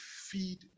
feed